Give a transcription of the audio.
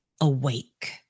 awake